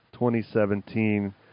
2017